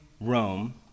Rome